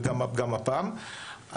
וגם הפעם,